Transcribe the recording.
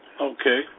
Okay